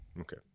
Okay